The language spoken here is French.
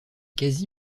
quasi